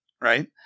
Right